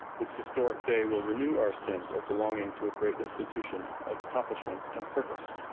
this historic day will renew our sense of belonging to a great institution of accomplishment and purpose.